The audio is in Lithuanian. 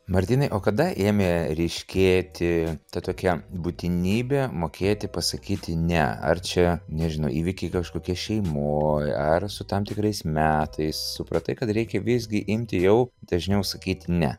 martynai o kada ėmė ryškėti ta tokia būtinybė mokėti pasakyti ne ar čia nežinau įvykiai kažkokie šeimoj ar su tam tikrais metais supratai kad reikia visgi imti jau dažniau sakyti ne